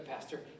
pastor